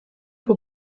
que